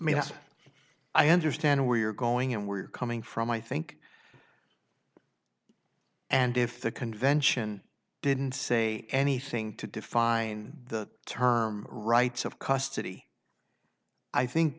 have i understand where you're going and where you're coming from i think and if the convention didn't say anything to define the term rights of custody i think